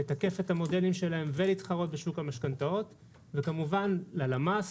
לתקף את המודלים שלהם ולהתחרות בשוק המשכנתאות וכמובן ללמ"ס,